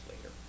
later